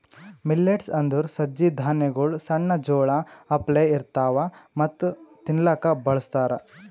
millets ಅಂದುರ್ ಸಜ್ಜಿ ಧಾನ್ಯಗೊಳ್ ಸಣ್ಣ ಜೋಳ ಅಪ್ಲೆ ಇರ್ತವಾ ಮತ್ತ ತಿನ್ಲೂಕ್ ಬಳಸ್ತಾರ್